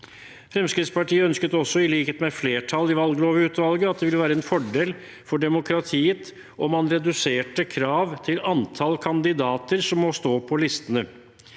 Fremskrittspartiet ønsket også, i likhet med flertallet i valglovutvalget, at det ville være en fordel for demokratiet om man reduserte krav til antall kandidater som må stå på listene.